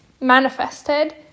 manifested